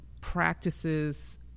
practices